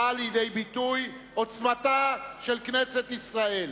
באה לידי ביטוי עוצמתה של כנסת ישראל,